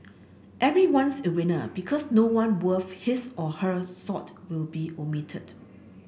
everyone's a winner because no one worth his or her salt will be omitted